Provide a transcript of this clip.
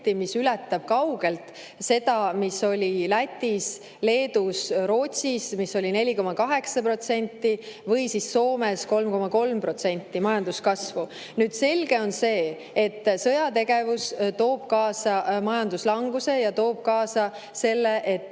mis ületab kaugelt seda, mis oli Lätis, Leedus ja Rootsis, kus oli 4,8%, või Soomes, kus majandus kasvas 3,3%. Selge on see, et sõjategevus toob kaasa majanduslanguse ja toob kaasa selle, et